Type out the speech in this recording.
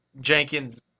Jenkins